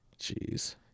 Jeez